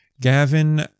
Gavin